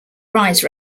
rise